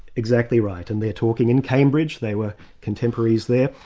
exactly right. and they're talking in cambridge, they were contemporaries there.